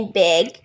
big